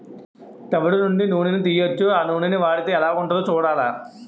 తవుడు నుండి నూనని తీయొచ్చు ఆ నూనని వాడితే ఎలాగుంటదో సూడాల